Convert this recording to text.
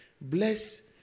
Bless